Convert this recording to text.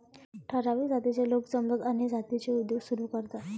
ठराविक जातीचे लोक जमतात आणि जातीचा उद्योग सुरू करतात